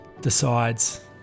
decides